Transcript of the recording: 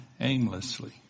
aimlessly